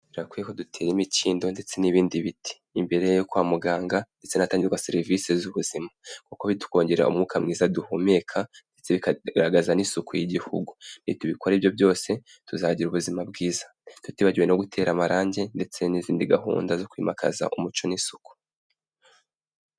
Birakwiye ko dutera imikindo ndetse n'ibindi biti imbere yo kwa muganga ndetse nahatangirwa serivisi z'ubuzima, kuko bitwongera umwuka mwiza duhumeka ndetse nikagaragaza n'isuku y'Igihugu, nitubikora ibyo byose tuzagira ubuzima bwiza, tutibagiwe no gutera amarangi ndetse n'izindi gahunda zo kwimakaza umuco n'isuku.